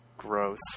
Gross